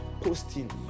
posting